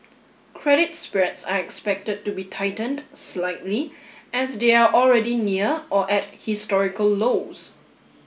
credit spreads are expected to be tightened slightly as they are already near or at historical lows